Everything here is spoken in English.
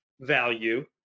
value